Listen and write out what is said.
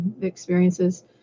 experiences